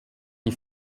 die